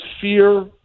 fear